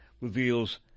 reveals